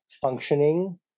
functioning